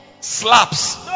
slaps